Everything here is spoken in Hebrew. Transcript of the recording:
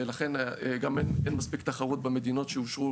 ולכן גם אם אין מספיק תחרות במדינות שאושרו